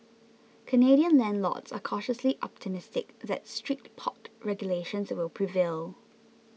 Canadian landlords are cautiously optimistic that strict pot regulations will prevail